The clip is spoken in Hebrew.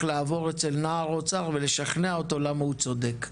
לעבור אצל נער אוצר ולשכנע אותו למה הוא צודק,